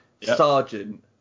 sergeant